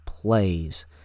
plays